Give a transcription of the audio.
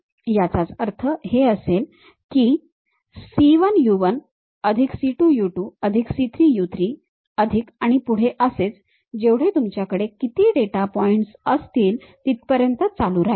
याचाच अर्थ हे असे असेल की c 1 u 1 c 2 u 2 c 3 u 3 आणि पुढे असेच जेवढे तुमच्याकडे किती डेटा पॉइंटस असतील तिथपर्यंत चालू राहील